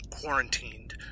quarantined